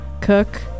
cook